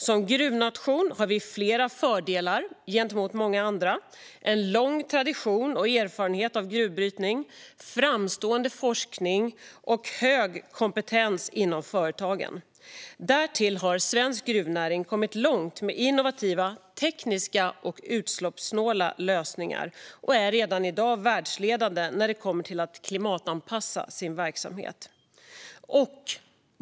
Som gruvnation har vi flera fördelar gentemot många andra, såsom en lång tradition och erfarenhet av gruvbrytning, framstående forskning och hög kompetens inom företagen. Därtill har svensk gruvnäring kommit långt med innovativa tekniska och utsläppssnåla lösningar och är redan i dag världsledande när det kommer till att klimatanpassa sin verksamhet.